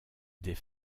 des